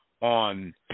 on